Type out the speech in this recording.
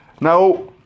Now